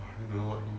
!wah! don't know what